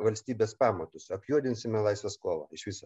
valstybės pamatus apjuodinsime laisvės kovą iš viso